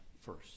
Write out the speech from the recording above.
first